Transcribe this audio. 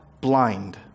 blind